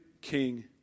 king